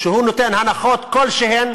שהוא נותן הנחות כלשהן